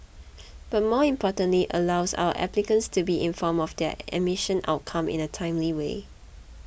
but more importantly allows our applicants to be informed of their admission outcome in a timely way